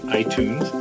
iTunes